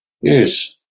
Yes